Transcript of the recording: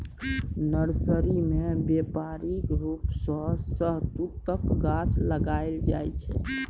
nursery मे बेपारिक रुप सँ शहतुतक गाछ लगाएल जाइ छै